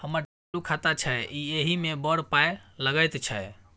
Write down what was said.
हमर चालू खाता छै इ एहि मे बड़ पाय लगैत छै